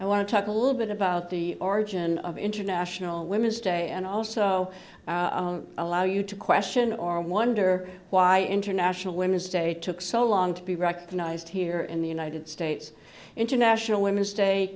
i want to talk a little bit about the origin of international women's day and also allow you to question or wonder why international women's day took so long to be recognized here in the united states international women's day